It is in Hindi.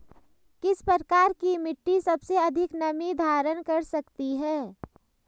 किस प्रकार की मिट्टी सबसे अधिक नमी धारण कर सकती है?